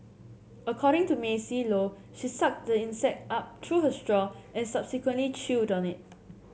according to Maisie Low she sucked the insect up through her straw and subsequently chewed on it